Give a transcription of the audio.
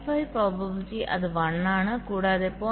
5 probability അത് 1 ആണ് കൂടാതെ 0